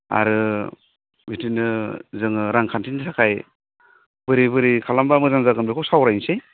आरो बिदिनो जोङो रांखान्थिनि थाखाय बोरै बोरै खालामब्ला मोजां जागोन बेखौ सावरायनोसै